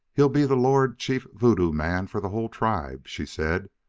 he'll be the lord chief voodoo man for the whole tribe, she said,